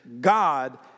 God